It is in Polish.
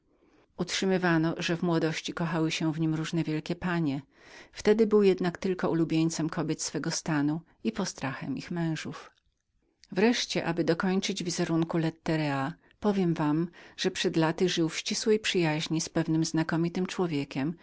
utrzymywano że w młodości kochały się w nim różne wielkie panie wtedy jednak był tylko ulubieńcom kobiet swego stanu i postrachem ich mężów wreszcie aby dokończyć wizerunek lettera powiem wam że przed laty żył w ścisłej przyjaźni z pewnym znakomitym człowiekiem